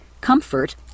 comfort